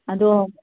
ꯑꯗꯣ